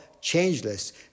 changeless